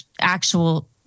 actual